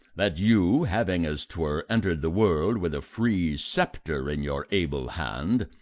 that you, having as twere enter'd the world with a free scepter in your able hand,